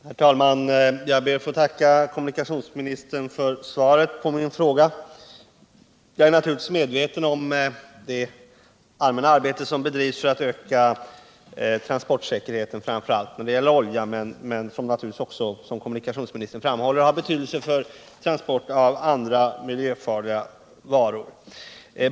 Herr talman! Jag ber att få tacka kommunikationsministern för svaret på min fråga. Jag är naturligtvis medveten om det allmänna arbete som bedrivs för att öka transportsäkerheten, framför allt när det gäller oljetransporter, vilket arbete, såsom kommunikationsministern framhåller, har betydelse även vid transporter av andra miljöfarliga varor.